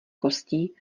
kostí